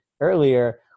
earlier